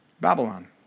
Babylon